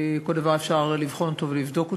כל דבר, אפשר לבחון אותו ולבדוק אותו.